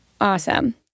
Awesome